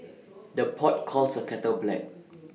the pot calls the kettle black